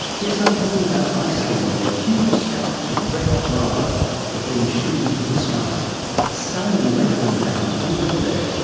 yes, i'm talking about iceland where huge spouts of red-hot lava have been shooting to the sky, as simon redfern found when he went there.